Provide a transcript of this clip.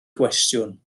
gwestiwn